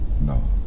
No